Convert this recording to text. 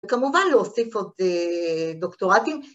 ‫וכמובן, להוסיף עוד דוקטורטים.